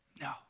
No